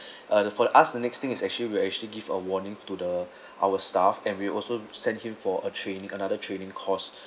uh the for the us the next thing is actually we will actually give a warning to the our staff and we also send him for a training another training course